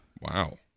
Wow